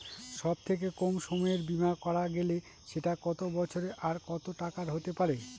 সব থেকে কম সময়ের বীমা করা গেলে সেটা কত বছর আর কত টাকার হতে পারে?